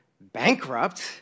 bankrupt